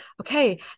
okay